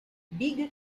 big